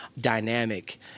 dynamic